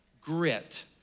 grit